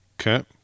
Okay